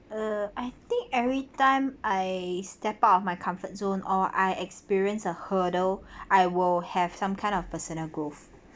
uh I think everytime I step out of my comfort zone or I experienced a hurdle I will have some kind of personal growth